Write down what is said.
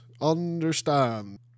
understand